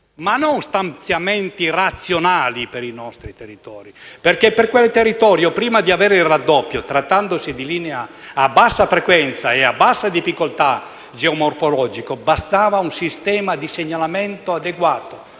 ma non stanziamenti razionali. Perché per quel territorio, prima di avere il raddoppio, trattandosi di linea a bassa frequenza e a bassa difficoltà geomorfologica, sarebbe bastato un sistema di segnalamento adeguato.